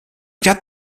knapp